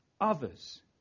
others